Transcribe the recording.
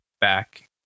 back